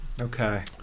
Okay